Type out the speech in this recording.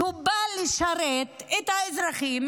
שבא לשרת את האזרחים,